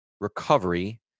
recovery